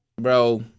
Bro